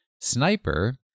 Sniper